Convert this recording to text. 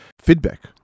feedback